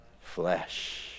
flesh